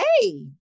hey